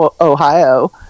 Ohio